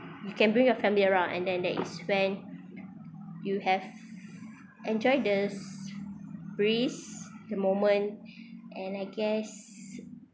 you can bring your family around and then that is when you have enjoy the breeze the moment and I guess